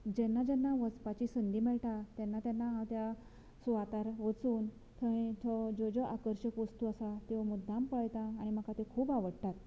जेन्ना जेन्ना वचपाची संदी मेळटा तेन्ना तेन्ना हांव त्या सुवातार वचून थंय थंय ज्यो ज्यो आकर्शक वस्तू आसा त्यो मुद्दाम पळयता आनी म्हाका त्यो खूब आवडटात